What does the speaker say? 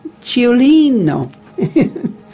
Ciolino